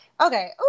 Okay